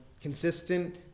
consistent